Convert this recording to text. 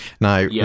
now